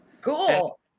cool